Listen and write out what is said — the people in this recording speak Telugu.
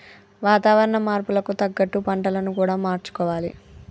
వాతావరణ మార్పులకు తగ్గట్టు పంటలను కూడా మార్చుకోవాలి